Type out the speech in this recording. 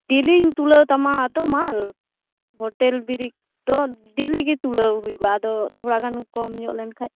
ᱰᱮᱞᱤᱧ ᱛᱩᱞᱟᱹᱣ ᱛᱟᱢᱟ ᱛᱚ ᱢᱟᱞ ᱦᱳᱴᱮᱞ ᱵᱤᱨᱤᱫ ᱛᱚ ᱰᱮᱞᱤᱜᱮ ᱛᱩᱞᱟᱹᱣ ᱦᱩᱭᱩᱜᱚᱜᱼᱟ ᱟᱫᱚ ᱛᱷᱚᱲᱟ ᱜᱟᱱ ᱠᱚᱢ ᱧᱚᱜ ᱞᱮᱱᱠᱷᱟᱱ